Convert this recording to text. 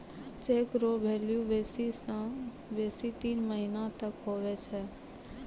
cheque रो value बेसी से बेसी तीन महीना तक हुवै छै